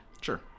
Sure